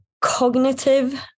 cognitive